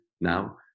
now